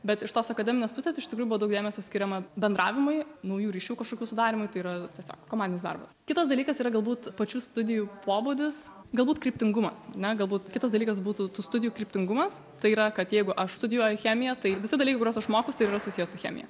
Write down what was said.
bet iš tos akademinės pusės iš tikrųjų buvo daug dėmesio skiriama bendravimui naujų ryšių kažkokių sudarymui tai yra tiesiog komandinis darbas kitas dalykas yra galbūt pačių studijų pobūdis galbūt kryptingumas ar ne galbūt kitas dalykas būtų tų studijų kryptingumas tai yra kad jeigu aš studijuoju chemiją tai visi dalykai kuriuos aš išmokus tai yra susiję su chemija